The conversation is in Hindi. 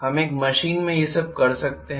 हम एक मशीन में ये सब करते हैं